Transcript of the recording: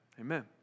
Amen